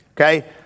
okay